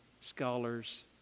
scholars